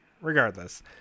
regardless